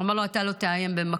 הוא אמר לו: אתה לא תאיים במכות.